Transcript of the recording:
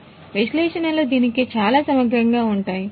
కాబట్టి విశ్లేషణలు దీనికి చాలా సమగ్రంగా ఉంటాయి